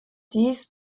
dies